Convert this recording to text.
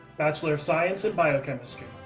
bachelor of science in biochemistry.